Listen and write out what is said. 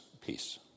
peace